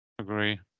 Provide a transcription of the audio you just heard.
Agree